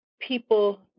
people